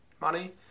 money